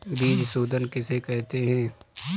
बीज शोधन किसे कहते हैं?